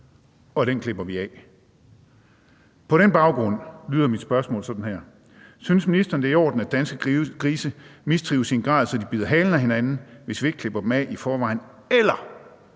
og den klipper vi af. På den baggrund lyder mit spørgsmål sådan her: Synes ministeren, det er i orden, at danske grise mistrives i en grad, så de bider halen af hinanden, hvis vi ikke klipper den af i forvejen? Eller